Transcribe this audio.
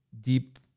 deep